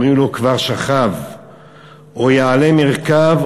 אומרים הוא כבר שכב / או יעלה מרכב,